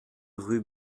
rue